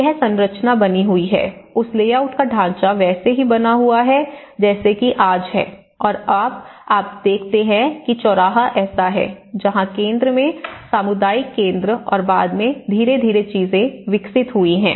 यह संरचना बनी हुई है उस लेआउट का ढांचा वैसा ही बना हुआ है जैसा कि आज है और अब आप देखते हैं कि चौराहा ऐसा है जहां केंद्र में सामुदायिक केंद्र और बाद में धीरे धीरे चीजें विकसित हुई हैं